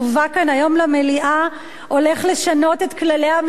היום למליאה הולך לשנות את כללי המשחק,